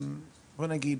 נגיד,